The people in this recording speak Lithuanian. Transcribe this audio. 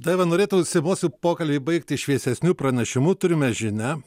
daiva norėtųsi mūsų pokalbį baigti šviesesniu pranešimu turime žinią